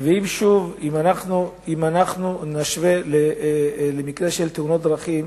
אם אנחנו נשווה לתאונות דרכים,